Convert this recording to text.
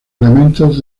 elementos